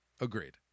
Agreed